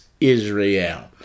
Israel